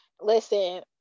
listen